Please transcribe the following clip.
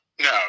No